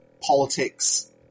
politics